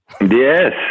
Yes